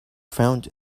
found